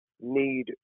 need